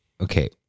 okay